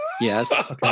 Yes